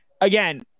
again